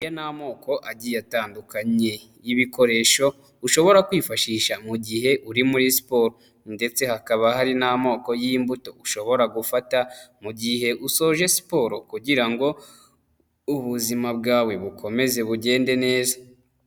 Aya ni amoko agiye atandukanye, y'ibikoresho ushobora kwifashisha mugihe uri muri siporo, ndetse hakaba hari n'amoko y'imbuto ushobora gufata, mugihe usoje siporo, kugira ngo ubuzima bwawe bukomeze bugende neza.